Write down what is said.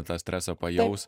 tą stresą pajaus